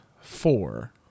four